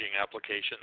applications